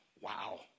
wow